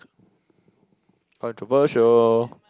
controversial